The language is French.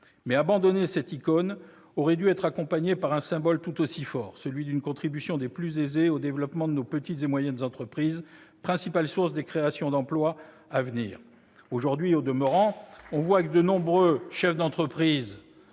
Mais abandonner cette icône aurait dû être accompagné par un symbole tout aussi fort : celui d'une contribution des plus aisés au développement de nos petites et moyennes entreprises, principales sources des créations d'emplois à venir. Au demeurant, on voit aujourd'hui que de nombreux chefs d'entreprise